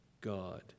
God